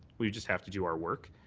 we'd just have to do our work.